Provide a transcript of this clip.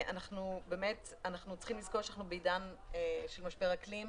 אנחנו צריכים לזכור שאנחנו בעידן של משבר אקלים,